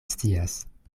scias